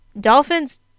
dolphins